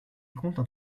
comptent